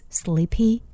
sleepy